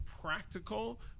practical